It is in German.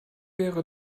wäre